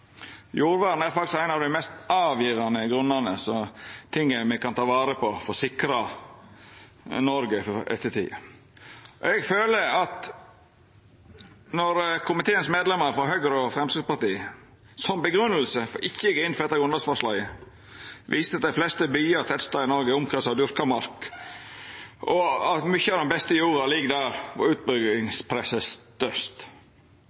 er faktisk noko av det mest avgjerande me kan gjera for å sikra Noreg for ettertida. Når komiteen sine medlemmer frå Høgre og Framstegspartiet som grunngjeving for ikkje å gå inn for dette grunnlovsforslaget viser til at dei fleste byar og tettstader i Noreg er omkransa av dyrka mark, og at mykje av den beste jorda ligg der